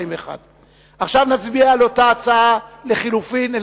עכשיו נצביע על אותה הצעה לחלופין.